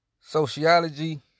sociology